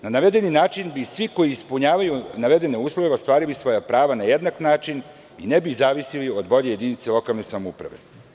Na navedeni način bi svi koji ispunjavaju navedene uslove ostvarili svoja prava na jednak način i ne bi zavisili od volje jedinice lokalne samouprave.